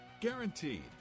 guaranteed